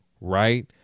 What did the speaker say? right